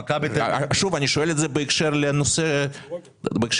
אני שואל את זה בהקשר לנושא הדיון,